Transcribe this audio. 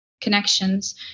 connections